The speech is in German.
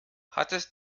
hattest